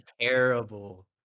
terrible